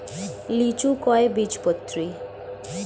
লিচু কয় বীজপত্রী?